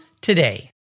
today